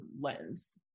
lens